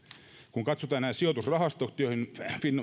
kun katsotaan näitä sijoitusrahastoja joihin